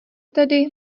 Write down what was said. tedy